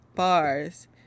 bars